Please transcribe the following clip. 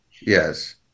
Yes